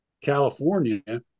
California